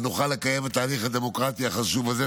ונוכל לקיים את ההליך הדמוקרטי החשוב הזה.